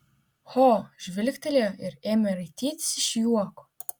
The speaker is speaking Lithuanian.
ho žvilgtelėjo ir ėmė raitytis iš juoko